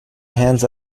hands